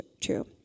true